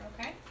Okay